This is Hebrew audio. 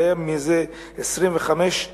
זה היה לפני 25 שנה,